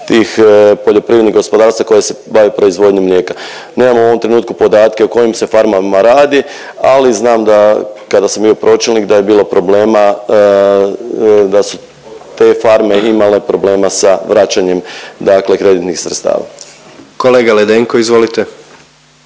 tih poljoprivrednih gospodarstava koje se bave proizvodnjom mlijeka. Nemam u ovom trenutku podatke o kojim se farmama radi, ali znam da kada sam bio pročelnik da je bilo problema, da su te farme imale problema sa vraćanjem dakle kreditnih sredstava. **Jandroković,